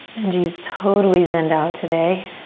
benji's totally zen'ed out today.